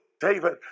David